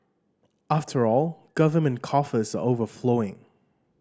after all government coffers are overflowing